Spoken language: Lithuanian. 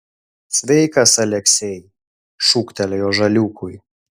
sveikas aleksej šūktelėjo žaliūkui